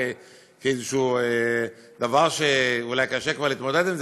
כאיזה דבר שאולי קשה כבר להתמודד אתו,